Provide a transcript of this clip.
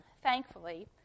thankfully